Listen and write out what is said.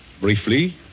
Briefly